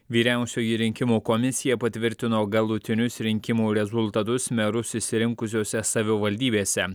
vyriausioji rinkimų komisija patvirtino galutinius rinkimų rezultatus merus išsirinkusiose savivaldybėse